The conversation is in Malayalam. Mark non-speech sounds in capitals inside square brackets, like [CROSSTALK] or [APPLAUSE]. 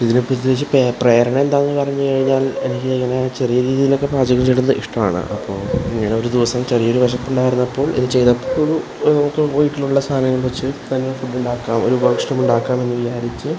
ഇതിന് പ്രത്യേകിച്ച് പ്രേരണ എന്താണെന്നു പറഞ്ഞുകഴിഞ്ഞാല് എനിക്കിങ്ങനേ ചെറിയ രീതിയിലൊക്കെ പാചകം ചെയ്യുന്നത് ഇഷ്ടമാണ് അപ്പോള് ഇങ്ങനെ ഒരു ദിവസം ചെറിയൊരു വിശപ്പുണ്ടായിരുന്നപ്പോള് ഇത് ചെയ്തപ്പൊരു ഒരു വീട്ടിലുള്ള സാധനങ്ങള് വെച്ച് തന്നെ ഫുഡ്ഡുണ്ടാക്കാം ഒരു [UNINTELLIGIBLE] മുണ്ടാക്കാമെന്ന് വിചാരിച്ചു